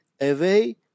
away